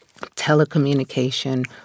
telecommunication